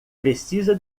precisa